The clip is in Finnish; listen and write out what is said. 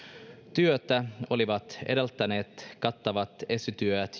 työtä olivat edeltäneet kattavat esityöt